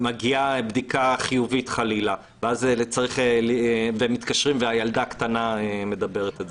מגיעה תוצאה חיובית לבדיקה ומתקשרים והילדה הקטנה עונה זה